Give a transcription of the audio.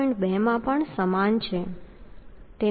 2 માં પણ સમાન છે